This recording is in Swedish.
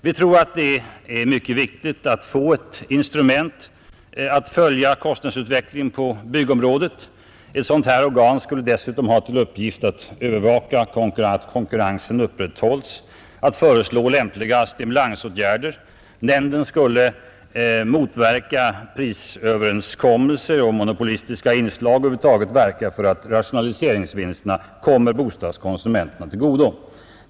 Vi tror att det är mycket viktigt att få ett instrument för att följa kostnadsutvecklingen på byggområdet. Ett sådant här organ skulle dessutom ha till uppgift att övervaka att konkurrensen upprätthålles och att föreslå lämpliga stimulansåtgärder. Nämnden skulle motverka prisöverenskommelser och monopolistiska inslag och över huvud taget verka för att rationaliseringsvinsterna kommer bostadskonsumenterna till godo.